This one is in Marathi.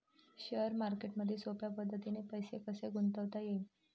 शेअर मार्केटमधी सोप्या पद्धतीने पैसे कसे गुंतवता येईन?